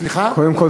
קודם כול,